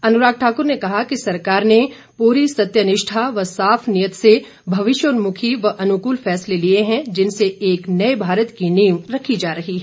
अनुराग ठाकुर ने कहा कि सरकार ने पूरी सत्यनिष्ठा व साफ नीयत से भविष्योन्मुखी व अनुकूल फैसले लिए हैं जिनसे एक नए भारत की नीव रखी जा रही है